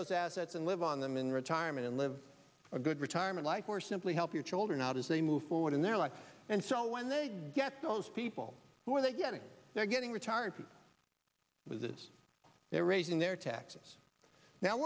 those assets and live on them in retirement and live a good return armalite or simply help your children out as they move forward in their lives and so when they get those people who are they getting they're getting retired with this they're raising their taxes now